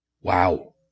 Wow